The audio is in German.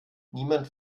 niemand